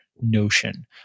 notion